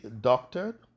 doctored